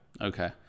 Okay